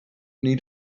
need